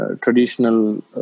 traditional